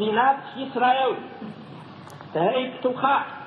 מדינת ישראל תהא פתוחה